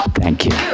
thank you.